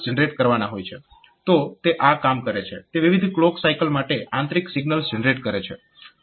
તો તે આ કામ કરે છે તે વિવિધ ક્લોક સાયકલ માટે આંતરિક સિગ્નલ્સ જનરેટ કરે છે